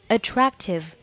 Attractive